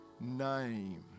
name